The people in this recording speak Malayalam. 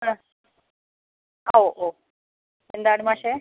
ആ ഓ ഓ എന്താണ് മാഷേ